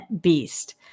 beast